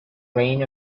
brain